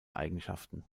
eigenschaften